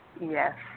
Yes